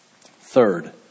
Third